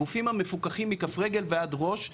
הגופים המפוקחים מכף רגל ועד ראש,